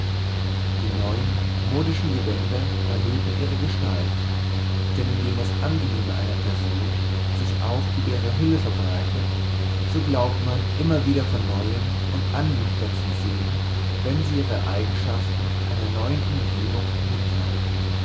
die neuen modischen gewänder erhöhten ihre gestalt denn indem das angenehme einer person sich auch über ihre hülle verbreitet so glaubt man sie immer wieder von neuem und anmutiger zu sehen wenn sie ihre eigenschaften einer neuen umgebung mitteilt